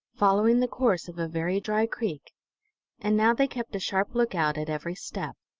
following the course of a very dry creek and now they kept a sharp lookout at every step.